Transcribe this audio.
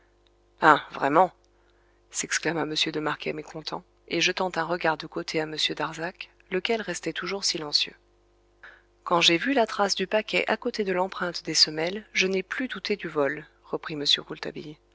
s'exclama m de marquet mécontent et jetant un regard de côté à m darzac lequel restait toujours silencieux quand j'ai vu la trace du paquet à côté de l'empreinte des semelles je n'ai plus douté du vol